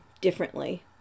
differently